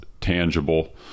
tangible